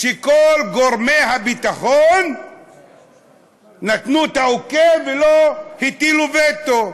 שכל גורמי הביטחון נתנו אוקיי ולא הטילו וטו.